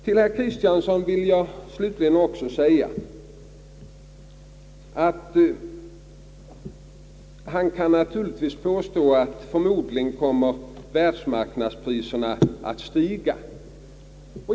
Herr Kristiansson kan naturligtvis påstå att världsmarknadspriserna för modligen kommer att stiga.